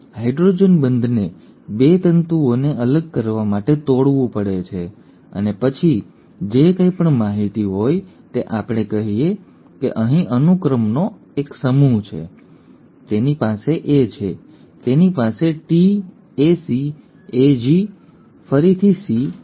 hydrogen બંધને બે તંતુઓને અલગ કરવા માટે તોડવું પડે છે અને પછી જે કંઈ પણ માહિતી હોય તે આપણે કહીએ કે અહીં અનુક્રમનો એક સમૂહ છે તેની પાસે એ છે તેની પાસે T a C a G a G ફરીથી અને C છે